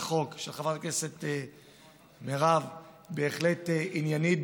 החוק של חברת הכנסת מירב בהחלט עניינית,